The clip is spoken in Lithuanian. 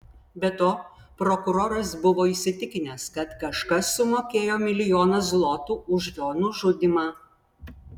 be to prokuroras buvo įsitikinęs kad kažkas sumokėjo milijoną zlotų už jo nužudymą